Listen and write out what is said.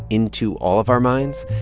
into all of our minds,